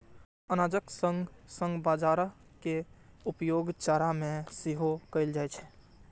अनाजक संग संग बाजारा के उपयोग चारा मे सेहो कैल जाइ छै